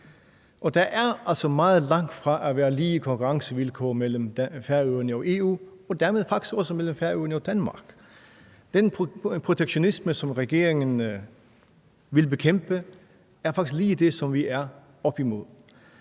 der er altså meget langt fra lige konkurrencevilkår mellem Færøerne og EU og dermed faktisk også mellem Færøerne og Danmark. Den protektionisme, som regeringen vil bekæmpe, er faktisk lige det, som vi er oppe imod.